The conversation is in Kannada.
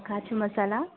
ಕಾಜೂ ಮಸಾಲ